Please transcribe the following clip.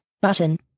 button